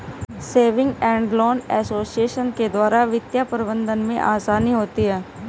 saving and loan association के द्वारा वित्तीय प्रबंधन में आसानी होती है